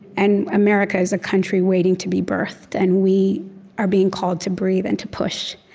and america is a country waiting to be birthed, and we are being called to breathe and to push?